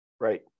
Right